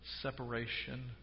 separation